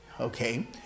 okay